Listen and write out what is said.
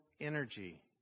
energy